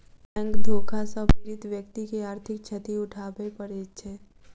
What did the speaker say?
bank धोखा सॅ पीड़ित व्यक्ति के आर्थिक क्षति उठाबय पड़ैत छै